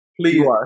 please